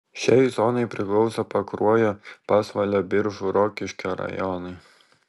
šiai zonai priklauso pakruojo pasvalio biržų rokiškio rajonai